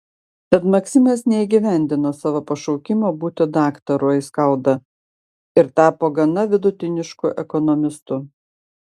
tad maksimas neįgyvendino savo pašaukimo būti daktaru aiskauda ir tapo gana vidutinišku ekonomistu